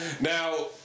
Now